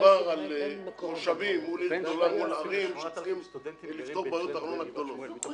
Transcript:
כשמדובר על תושבים מול ערים כשצריכים לפתור בעיות ארנונה גדולות,